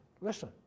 Listen